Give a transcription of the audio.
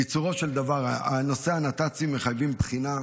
קיצורו של דבר, נושא הנת"צים מחייבים בחינה.